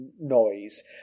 noise